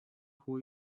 who